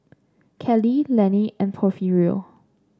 Kalie Lenny and Porfirio